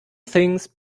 things